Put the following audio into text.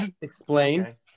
Explain